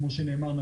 כמו שנאמר,